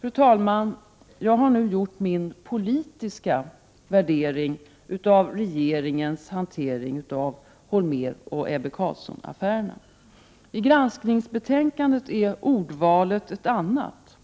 Fru talman! Jag har nu gjort min politiska värdering av regeringens hantering av Hans Holméroch Ebbe Carlsson-affärerna. I granskningsbetänkandet är ordvalet ett annat.